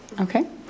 Okay